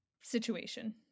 situation